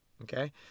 Okay